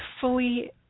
fully